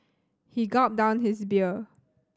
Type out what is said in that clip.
he gulped down his beer